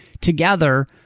together